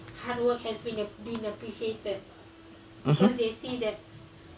mmhmm